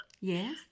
Yes